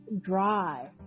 dry